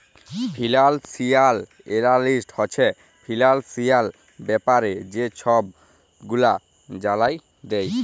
financial analyst হছে financial ব্যাপারে যে ছব গুলা জালায় দেই